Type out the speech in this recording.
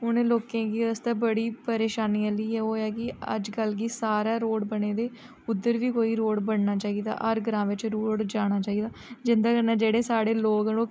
उनें लोकें गी आस्तै बड़ी परेशानी आह्ली ऐ ओह् ऐ कि अज्जकल गी सारै रोड़ बने दे उद्धर बी कोई रोड़ बनना चाहिदा हर ग्रांऽ बिच्च रोड़ जाना चाहिदा जिंदे कन्नै जेह्ड़े साढ़े लोग न ओह्